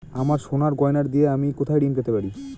আমার সোনার গয়নার দিয়ে আমি কোথায় ঋণ পেতে পারি?